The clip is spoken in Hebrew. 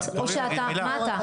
מה אתה?